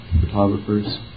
photographers